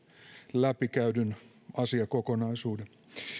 läpikäydyn asiakokonaisuuden